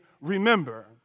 remember